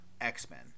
X-Men